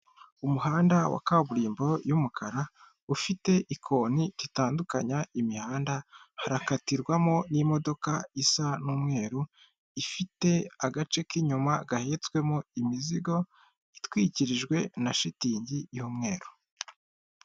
Umuhanda wa kaburimbo y'umukara, ufite ikoni ritandukanya imihanda, harakatirwamo n'imodoka isa n'umweru, ifite agace k'inyuma gahetswemo imizigo itwikirijwe na shitingi y'umweru.